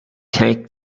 tank